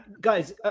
guys